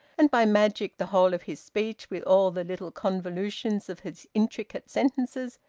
and by magic the whole of his speech, with all the little convolutions of his intricate sentences,